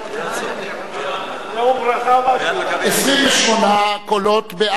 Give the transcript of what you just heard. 28 קולות בעד,